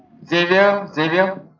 zero zero